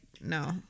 no